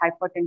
hypertension